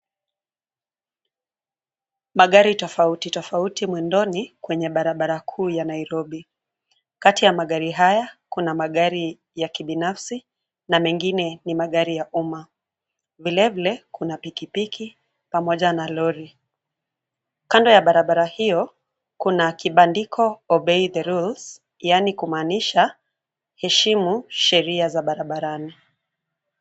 Magari tofauti tofauti mwendoni kwenye barabara kuu ya Nairobi. Kati ya magari haya kuna magari ya kibinafsi na mengine ni magari ya umma. Vile vile kuna pikipiki pamoja na lori. Kando ya barabara hiyo kuna kibandiko Obey The Laws yaani kumaanisha heshimu sheria za barabarani.